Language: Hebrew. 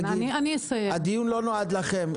הדיון לא נועד לכם.